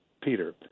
Peter